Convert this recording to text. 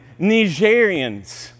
Nigerians